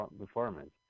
performance